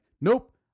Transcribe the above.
nope